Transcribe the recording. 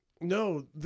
No